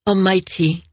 Almighty